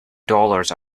dollars